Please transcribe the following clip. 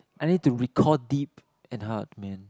I need to recall deep and hard man